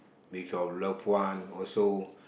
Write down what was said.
with your love one also